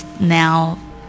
now